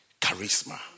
charisma